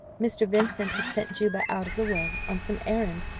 mr. vincent had sent juba out of the way, on some errand,